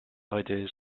ideas